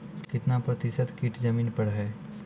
कितना प्रतिसत कीट जमीन पर हैं?